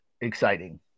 exciting